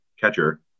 catcher